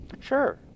Sure